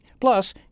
Plus